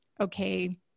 okay